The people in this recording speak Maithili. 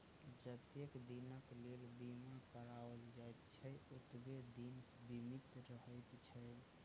जतेक दिनक लेल बीमा कराओल जाइत छै, ओतबे दिन बीमित रहैत छै